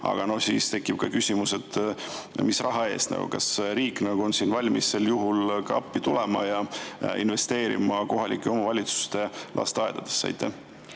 aga siis tekib ka küsimus, et mis raha eest. Kas riik on valmis sel juhul appi tulema ja investeerima kohalike omavalitsuste lasteaedadesse? Aitäh!